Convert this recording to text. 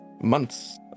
months